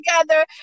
together